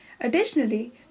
Additionally